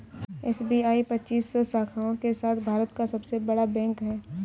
SBI पच्चीस सौ शाखाओं के साथ भारत का सबसे बड़ा बैंक है